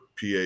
PA